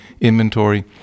inventory